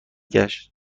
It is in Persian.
گشت